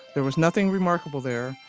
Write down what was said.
there was nothing remarkable there,